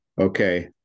Okay